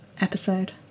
episode